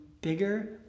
bigger